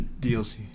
DLC